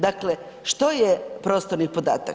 Dakle, što je prostorni podatak?